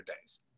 days